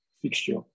fixture